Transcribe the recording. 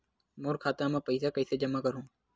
मोर खाता म पईसा कइसे जमा करहु?